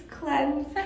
cleanse